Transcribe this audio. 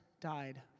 died